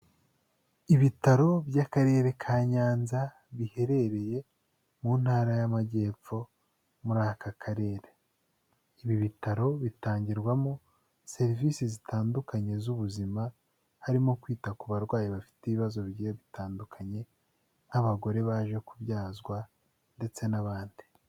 Ibitaro by'akarere ka Nyanza biherereye mu ntara y'Amajyepfo, muri aka karere, ibi bitaro bitangirwamo serivisi zitandukanye z'ubuzima, harimo kwita ku barwayi bafite ibibazo bigiye bitandukanye nk'abagore baje kubyazwa ndetse n'abandi.